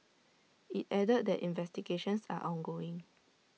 IT added that investigations are ongoing